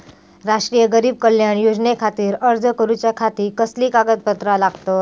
राष्ट्रीय गरीब कल्याण योजनेखातीर अर्ज करूच्या खाती कसली कागदपत्रा लागतत?